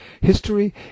History